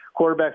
quarterbacks